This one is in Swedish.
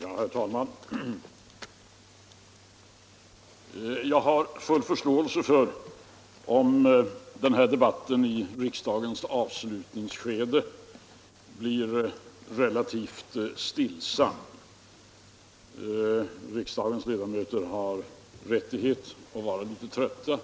Herr talman! Jag har full förståelse för om den här debatten i riksdagens avslutningsskede blir relativt stillsam. Riksdagens ledamöter har rättighet att vara litet trötta